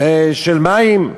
של מים,